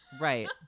Right